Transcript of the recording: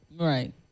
Right